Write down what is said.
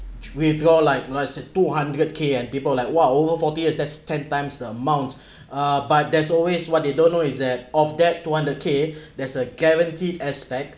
with all like let's say two hundred K and people like what over forty years as ten times the amount uh but there's always what they don't know is that of that two hundred K there's a guaranteed aspect